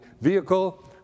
vehicle